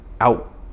out